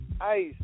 Ice